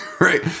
right